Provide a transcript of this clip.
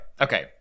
okay